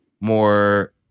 more